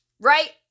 right